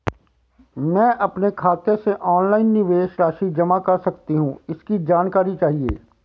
मैं अपने खाते से ऑनलाइन निवेश राशि जमा कर सकती हूँ इसकी जानकारी चाहिए?